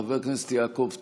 חבר הכנסת יעקב טסלר,